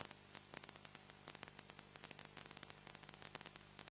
Grazie